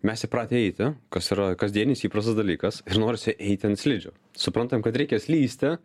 mes įpratę eiti kas yra kasdienis įprastas dalykas ir norisi eiti ant slidžių suprantam kad reikia slysti